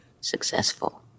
successful